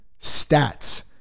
stats